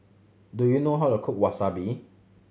do you know how to cook Wasabi